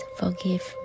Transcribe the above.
forgive